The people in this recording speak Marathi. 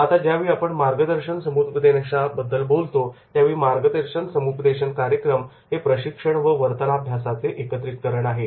आता ज्या वेळी आपण मार्गदर्शन समुपदेशना बद्दल बोलतो त्यावेळी मार्गदर्शन समुपदेशन कार्यक्रम हे प्रशिक्षण व वर्तनाभ्यासाचे एकत्रीकरण आहे